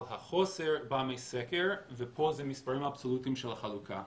החוסר בא מסקר ופה זה המספרים האבסולוטיים של החלוקה.